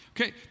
Okay